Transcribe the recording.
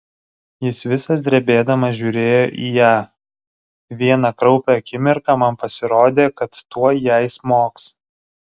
jis visas drebėdamas žiūrėjo į ją vieną kraupią akimirką man pasirodė kad tuoj jai smogs